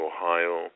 Ohio